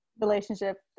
relationship